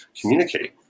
communicate